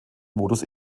modus